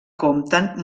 compten